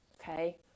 Okay